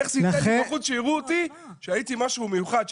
איך זה ייתן לי בחוץ שיראו אותי שהייתי משהו מיוחד,